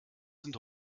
sind